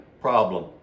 problem